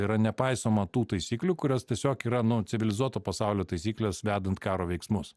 yra nepaisoma tų taisyklių kurios tiesiog yra nu civilizuoto pasaulio taisyklės vedant karo veiksmus